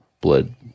blood